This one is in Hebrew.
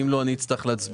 אם לא אז אני אצטרך להצביע.